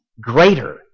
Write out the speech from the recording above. greater